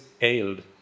ailed